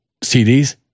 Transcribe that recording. CDs